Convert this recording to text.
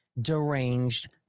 deranged